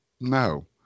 no